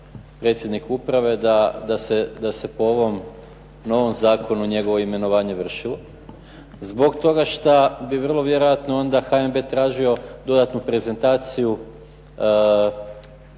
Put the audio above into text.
predsjednik uprave da se po ovom novom zakonu njegovo imenovanje vršilo. Zbog toga šta bi vrlo vjerojatno onda HNB tražio dodatnu prezentaciju